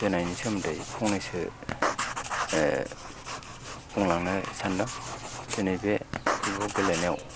जोनायनि सोमोन्दै फंनैसो बुंलांनो सान्दों दिनै बे फुटबल गेलेनायाव